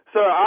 Sir